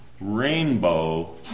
rainbow